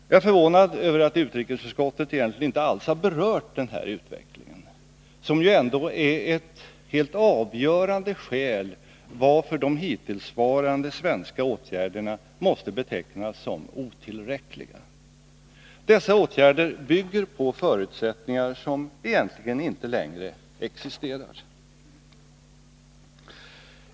Jag är förvånad över att utrikesutskottet egentligen inte alls har berört den här utvecklingen, som ju ändå är ett helt avgörande skäl till att de hittillsvarande svenska åtgärderna måste betecknas som otillräckliga. Dessa åtgärder bygger på förutsättningar som egentligen inte längre existerar.